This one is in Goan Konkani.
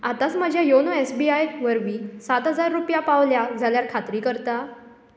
आतांच म्हज्या योनो एस बी आय वरवीं सात हजार रुपया पावल्या जाल्यार खात्री करता